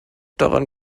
daran